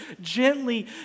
gently